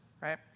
right